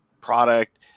product